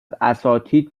اساتید